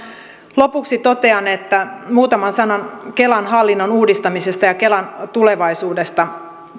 lopuksi totean muutaman sanan kelan hallinnon uudistamisesta ja kelan tulevaisuudesta